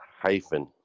Hyphen